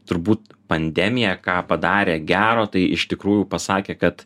turbūt pandemija ką padarė gero tai iš tikrųjų pasakė kad